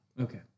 Okay